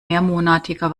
mehrmonatiger